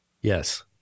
Yes